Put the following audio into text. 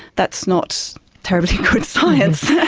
that's not terribly good science.